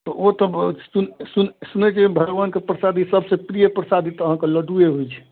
तऽ ओ तऽ सुन सुन सुनै छिए भगवानके परसादी सबसँ प्रिय परसादी तऽ अहाँके लड्डुए होइ छै